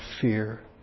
fear